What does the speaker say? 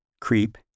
Creep